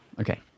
okay